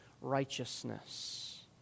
righteousness